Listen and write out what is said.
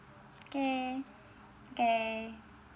K K